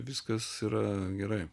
viskas yra gerai